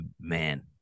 man